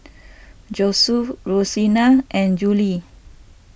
Josue Rosina and Jolie